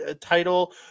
title